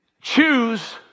Choose